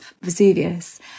Vesuvius